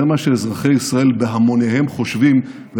זה מה שאזרחי ישראל בהמוניהם חושבים,